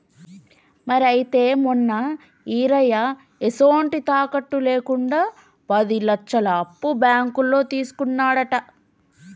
మరి అయితే మొన్న ఈరయ్య ఎసొంటి తాకట్టు లేకుండా పది లచ్చలు అప్పు బాంకులో తీసుకున్నాడట